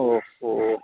اوفو